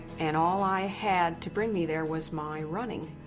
and all i had to bring me there was my running.